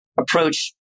approach